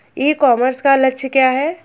E commerce का लक्ष्य क्या है?